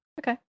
okay